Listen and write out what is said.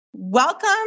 Welcome